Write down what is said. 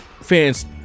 Fans